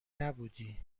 نبودی